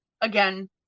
again